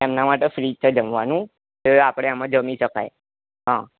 એમના માટે ફ્રી છે જમવાનું એ આપણે એમાં જમી શકાય હા